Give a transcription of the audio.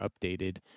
updated